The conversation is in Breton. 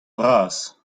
vras